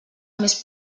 més